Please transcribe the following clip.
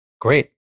Great